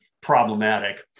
problematic